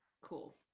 Cool